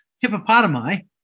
hippopotami